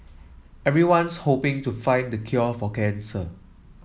everyone's hoping to find the cure for cancer